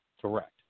correct